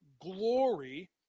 glory